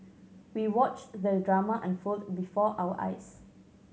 we watched the drama unfold before our eyes